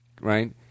right